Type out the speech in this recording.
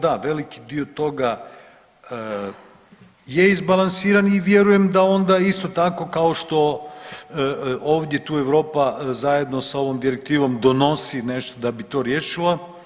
Da, veliki dio toga je izbalansiran i vjerujem da onda isto tako kao što ovdje tu Europa zajedno sa ovom Direktivom donosi nešto da bi to riješila.